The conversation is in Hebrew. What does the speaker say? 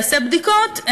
יעשה בדיקות,